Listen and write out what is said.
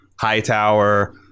Hightower